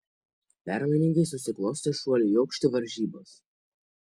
permainingai susiklostė šuolių į aukštį varžybos